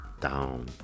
down